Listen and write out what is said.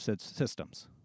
systems